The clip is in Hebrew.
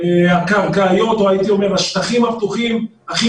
הקרקעיות או הייתי אומר השטחים הפתוחים הכי